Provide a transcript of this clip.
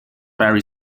very